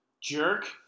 jerk